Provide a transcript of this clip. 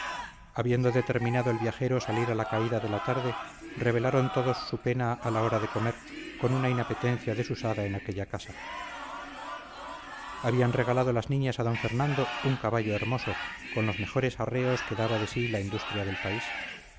habiendo determinado el viajero salir a la caída de la tarde revelaron todos su pena a la hora de comer con una inapetencia desusada en aquella casa habían regalado las niñas a d fernando un caballo hermoso con los mejores arreos que daba de sí la industria del país